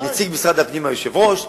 נציג משרד הפנים הוא היושב-ראש,